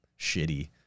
shitty